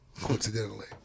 Coincidentally